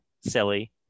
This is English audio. silly